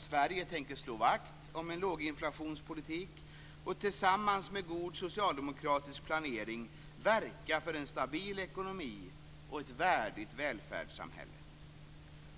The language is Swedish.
Sverige tänker slå vakt om en låginflationspolitik och tillsammans med god socialdemokratisk planering verka för en stabil ekonomi och ett värdigt välfärdssamhälle.